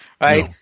right